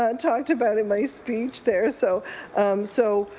um talked about in my speech there. so um so